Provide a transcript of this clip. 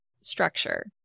structure